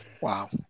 Wow